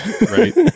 right